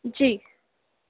جی